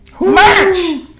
merch